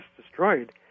destroyed